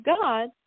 God